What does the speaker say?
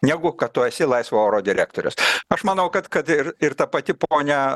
negu kad tu esi laisvo oro direktorius aš manau kad kad ir ir ta pati ponia